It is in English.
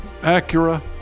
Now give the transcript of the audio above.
Acura